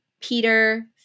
Peter